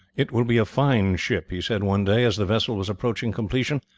it will be a fine ship, he said one day as the vessel was approaching completion,